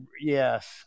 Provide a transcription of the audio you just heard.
yes